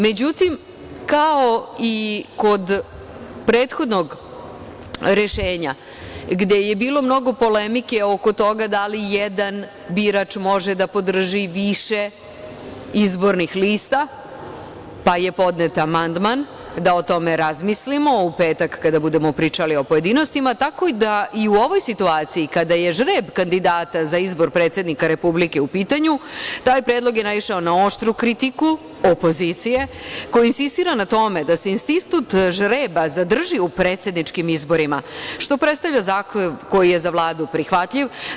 Međutim, kao i kod prethodnog rešenja, gde je bilo mnogo polemike oko toga dali jedan birač može da podrži više izbornih lista, pa je podnet amandman da o tome razmislimo u petak kada budemo pričali o pojedinostima, tako da i u ovoj situaciji kada je žreb kandidata za izbor predsednika Republike u pitanju, taj predlog je naišao na oštru kritiku opozicije koja insistira na tome da se institut žreba zadrži u predsedničkim izborima, što predstavlja zahtev koji je za Vladu prihvatljiv.